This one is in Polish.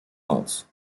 noc